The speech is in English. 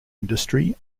industry